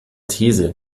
these